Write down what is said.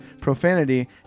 profanity